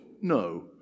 No